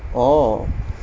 orh